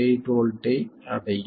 8 வோல்ட்டை அடையும்